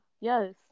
yes